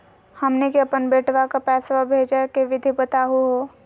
हमनी के अपन बेटवा क पैसवा भेजै के विधि बताहु हो?